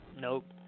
Nope